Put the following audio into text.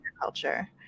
culture